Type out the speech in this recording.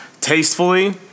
tastefully